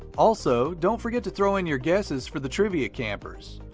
also, don't forget to throw in your guesses for the trivia campers.